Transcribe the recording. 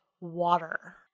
water